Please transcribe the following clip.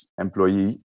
employee